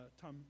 Tom